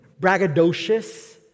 braggadocious